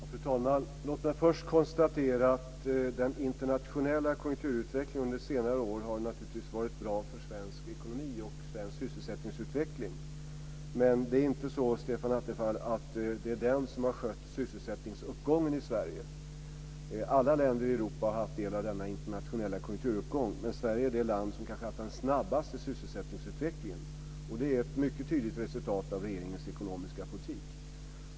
Fru talman! Låt mig först konstatera att den internationella konjunkturutvecklingen under senare år naturligtvis har varit bra för svensk ekonomi och svensk sysselsättningsutveckling. Men det är inte så, Stefan Attefall, att det är den som har skött sysselsättningsuppgången i Sverige. Alla länder i Europa har haft del av denna internationella konjunkturuppgång, men Sverige är det land som kanske har haft den snabbaste sysselsättningsutvecklingen. Det är ett mycket tydligt resultat av regeringens ekonomiska politik.